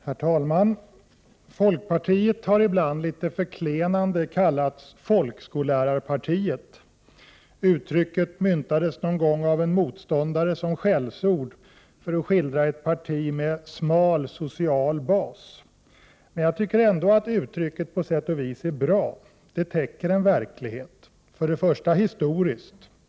Herr talman! Folkpartiet har ibland litet förklenande kallats folkskollärarpartiet. Uttrycket myntades någon gång av en motståndare som skällsord för att skildra ett parti med smal social bas. Men jag tycker ändå att uttrycket på sätt och vis är bra. Det täcker en verklighet. För det första är det historiskt.